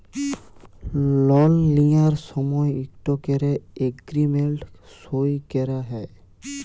লল লিঁয়ার সময় ইকট ক্যরে এগ্রীমেল্ট সই ক্যরা হ্যয়